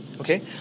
Okay